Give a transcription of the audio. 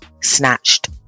snatched